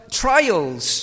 trials